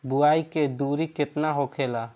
बुआई के दूरी केतना होखेला?